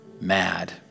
mad